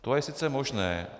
To je sice možné.